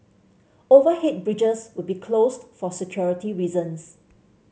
overhead bridges will be closed for security reasons